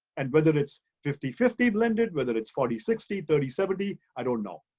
and whether it's fifty fifty blended, whether it's forty sixty, thirty seventy, i don't know.